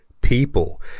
people